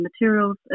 materials